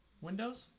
windows